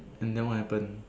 and then what happened